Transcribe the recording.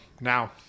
now